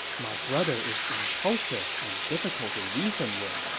my brother is impulsive and difficult to reason with,